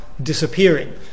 disappearing